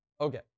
Okay